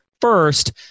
first